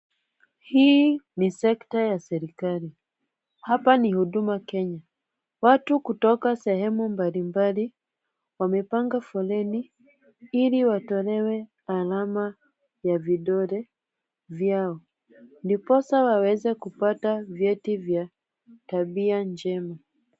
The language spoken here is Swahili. Hii ni sekta ya serikali. Hapa ni huduma Kenya. Watu kutoka sehemu mbalimbali wamepanga foleni ili watolewe salama ya vidole vyao ndiposa waweze kupata vyeti vya tabia njema.